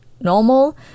normal